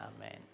Amen